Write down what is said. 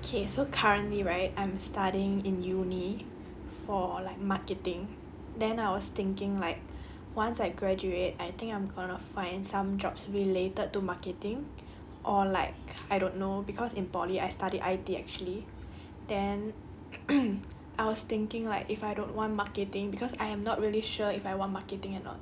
okay so currently right I'm studying in uni for like marketing then I was thinking like once I graduate I think I'm gonna find some jobs related to marketing or like I don't know cause in poly I study I_T actually then I was thinking like if I don't want marketing cause I am not really sure if I want marketing or not